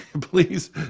please